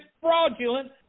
fraudulent